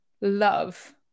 love